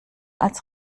als